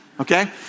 okay